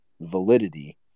validity